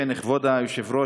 כבוד היושב-ראש,